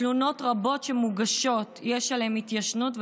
תלונות רבות שמוגשות יש עליהן התיישנות,